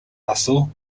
russell